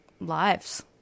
lives